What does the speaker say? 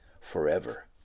forever